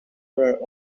her